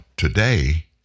Today